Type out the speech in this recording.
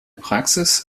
praxis